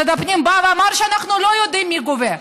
משרד הפנים בא ואמר: אנחנו לא יודעים מי גובה,